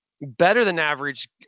better-than-average